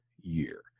year